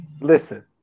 listen